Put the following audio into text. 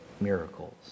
miracles